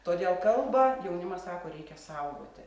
todėl kalbą jaunimas sako reikia saugoti